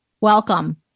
welcome